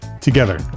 together